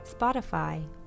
Spotify